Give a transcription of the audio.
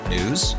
News